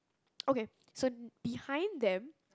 okay so behind them